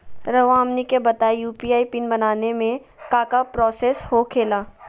रहुआ हमनी के बताएं यू.पी.आई पिन बनाने में काका प्रोसेस हो खेला?